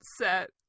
set